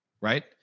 Right